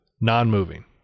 Non-moving